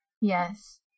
Yes